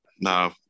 No